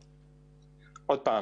שוב,